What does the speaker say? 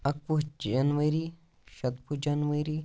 اَکوُہ جنوٕری شَتوُہ جنوٕری